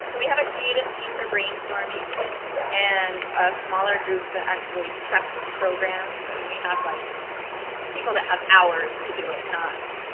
so we have a creative team for brainstorming and a smaller group that actually preps programs. and we have like people that have hours to do it, not